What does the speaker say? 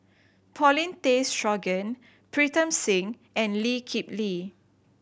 Paulin Tay Straughan Pritam Singh and Lee Kip Lee